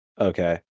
Okay